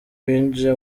binjiye